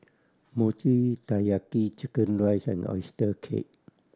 Mochi Taiyaki chicken rice and oyster cake